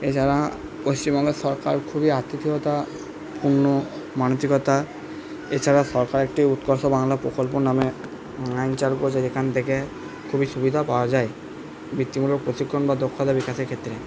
এছাড়া পশ্চিমবঙ্গের সরকার খুবই আতিথেয়তাপূর্ণ মানসিকতা এছাড়া সরকার একটি উৎকর্ষ বাংলা প্রকল্প নামে আইন চালু করেছে যেখান থেকে খুবই সুবিধা পাওয়া যায় বৃত্তিমূলক প্রশিক্ষণ বা দক্ষতা বিকাশের ক্ষেত্রে